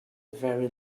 very